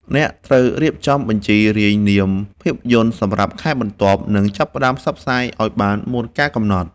អ្នកត្រូវរៀបចំបញ្ជីរាយនាមភាពយន្តសម្រាប់ខែបន្ទាប់ និងចាប់ផ្ដើមផ្សព្វផ្សាយឱ្យបានមុនកាលកំណត់។